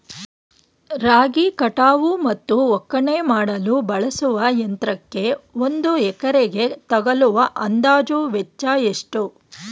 ರಾಗಿ ಕಟಾವು ಮತ್ತು ಒಕ್ಕಣೆ ಮಾಡಲು ಬಳಸುವ ಯಂತ್ರಕ್ಕೆ ಒಂದು ಎಕರೆಗೆ ತಗಲುವ ಅಂದಾಜು ವೆಚ್ಚ ಎಷ್ಟು?